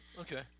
okay